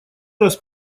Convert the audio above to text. раз